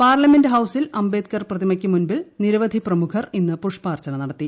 parliament ഹൌസിൽ അംബേദ്കർ പ്രതിമയ്ക്കു മുന്നിൽ നിർവധി പ്രമുഖർ ഇന്ന് പുഷ്പാർച്ചന നടത്തി